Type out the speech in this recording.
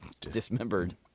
dismembered